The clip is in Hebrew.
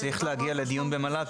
זה צריך להגיע לדיון במל"ג,